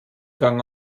gang